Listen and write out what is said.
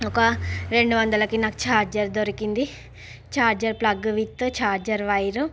ఒక రెండు వందలకి నాకు ఛార్జర్ దొరికింది charger plug with charger wire